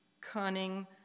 cunning